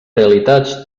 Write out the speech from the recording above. realitats